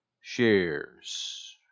shares